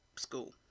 school